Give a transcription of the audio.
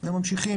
הם ממשיכים,